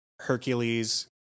Hercules